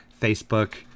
Facebook